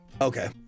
Okay